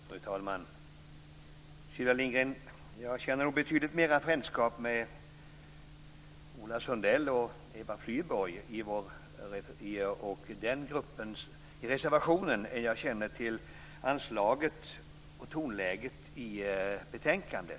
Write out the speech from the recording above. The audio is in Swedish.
Fru talman! Sylvia Lindgren, jag känner nog betydligt mera frändskap med Ola Sundell, Eva Flyborg och gruppen reservanter än jag känner med anslaget och tonläget i betänkandet.